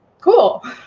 cool